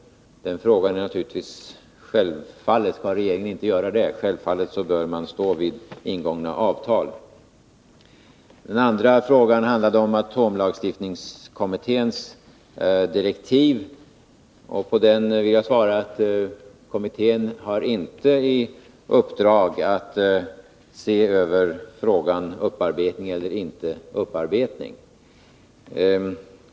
Självfallet skall regeringen inte göra det, självfallet skall man stå fast vid ingångna avtal. Den andra frågan handlade om atomlagstiftningskommitténs direktiv. Kommittén har inte i uppdrag att se över frågan om upparbetning eller inte upparbetning.